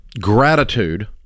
gratitude